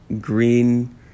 green